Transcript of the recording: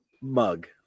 Mug